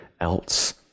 else